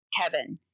Kevin